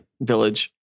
village